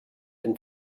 been